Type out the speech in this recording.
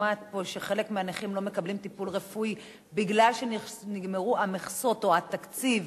שחלק מהנכים לא מקבלים טיפול רפואי מכיוון שנגמרו המכסות או נגמר התקציב